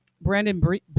Brandon